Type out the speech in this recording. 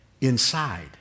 inside